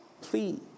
Please